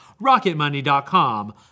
rocketmoney.com